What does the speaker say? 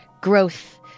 growth